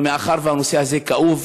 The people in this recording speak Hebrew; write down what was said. מאחר שהנושא הזה כאוב,